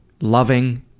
loving